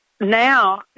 now